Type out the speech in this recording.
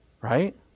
Right